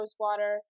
Rosewater